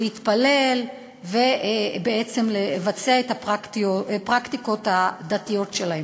להתפלל ובעצם לבצע את הפרקטיקות הדתיות שלהם.